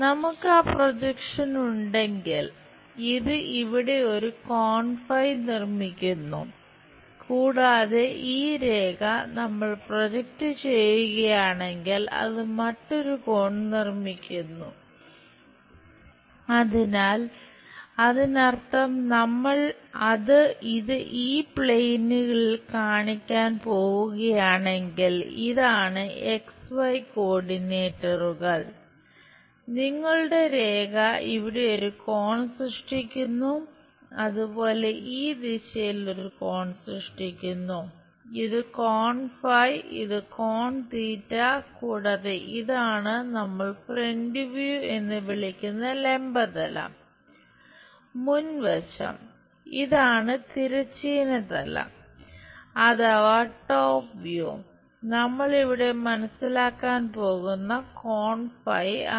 നമുക്ക് ആ പ്രൊജക്ഷൻ എന്നത് കോൺ ആണ്